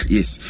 Yes